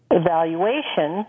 evaluation